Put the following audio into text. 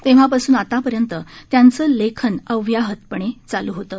तेव्हापासून आतापर्यंत त्यांचं लेखन अव्याहतपणे चालू होतं